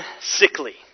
sickly